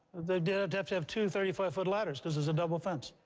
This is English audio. they'd have to have two thirty five foot ladders because it's a double fence.